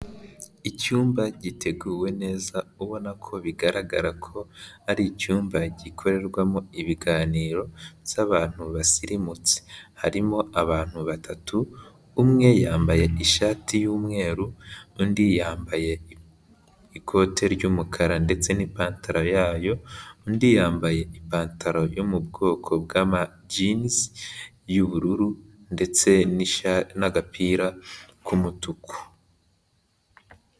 Icyumba giteguwe neza ubona ko bigaragara ko ari icyumba gikorerwamo ibiganiro by'abantu basirimutse, harimo abantu batatu umwe yambaye ishati y'umweru, undi yambaye ikote ry'umukara ndetse n'ipantaro yayo, undi yambaye ipantaro yo mu bwoko bw'amajinizi y'ubururu ndetse n'agapira k'umutuku.